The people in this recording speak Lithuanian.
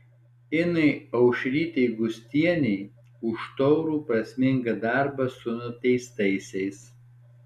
inai aušrytei gustienei už taurų prasmingą darbą su nuteistaisiais